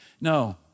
No